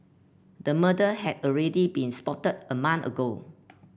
the murder had already been spotted a month ago